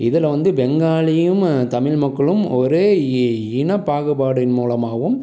இதில் வந்து பெங்காலியும் தமிழ் மக்களும் ஒரே இ இனப் பாகுபாடின் மூலமாகவும்